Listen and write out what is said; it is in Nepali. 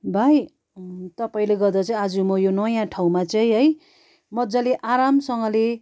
भाइ तपाईँले गर्दा चाहिँ आज म यो नयाँ ठाउँमा चाहिँ है मजाले आरामसँगले